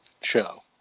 show